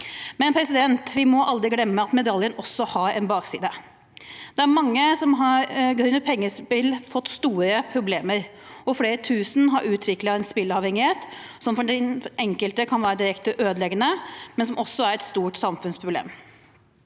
Men vi må aldri glemme at medaljen også har en bakside. Det er mange som grunnet pengespill har fått store problemer. Flere tusen har utviklet spilleavhengighet, som for den enkelte kan være direkte ødeleggende, men som også er et stort samfunnsproblem.